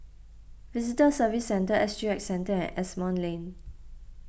Visitor Services Centre S G X Centre and Asimont Lane